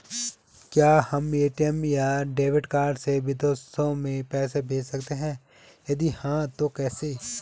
क्या हम ए.टी.एम या डेबिट कार्ड से विदेशों में पैसे भेज सकते हैं यदि हाँ तो कैसे?